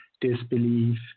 disbelief